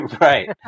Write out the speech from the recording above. Right